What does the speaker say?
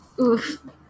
Oof